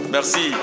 Merci